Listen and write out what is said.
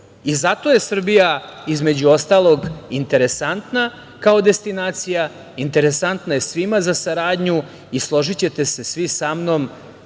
Zato je Srbija, između ostalog, interesantna kao destinacija, interesantna je svima za saradnju i, složićete se svi sa mnom,